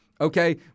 okay